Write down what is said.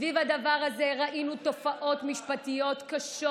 סביב הדבר הזה ראינו תופעות משפטיות קשות: